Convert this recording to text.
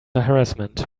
harassment